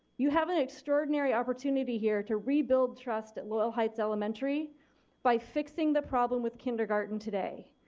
you have an extraordinary opportunity here to rebuild trust in loyal heights elementary by fixing the problem with kindergarten today.